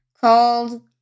called